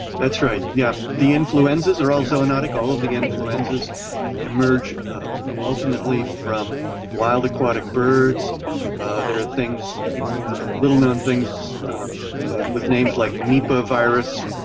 that's right, yeah. the influenzas are all zoonatic all of the influenzas emerge ultimately from wild aquatic birds there are things, little known things with names like nepovirus,